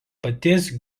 paties